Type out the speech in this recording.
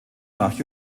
nach